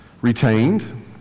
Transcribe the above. Retained